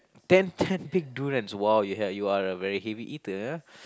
ten ten big durians !wow! you are you are a very heavy eater ah